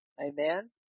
amen